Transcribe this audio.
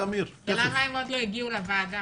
ולמה הן עוד לא הגיעו לוועדה?